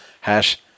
Hash